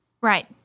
right